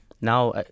Now